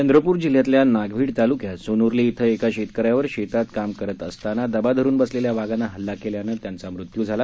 चंद्रपूर जिल्ह्यातल्या नागभीड ताल्क्यात सोनूर्ली इथं एका शेतकऱ्यावर शेतात काम करीत असतांना दबा धरून बसलेल्या वाघानं हल्ला करून जागीच ठार केलं